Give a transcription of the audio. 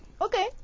okay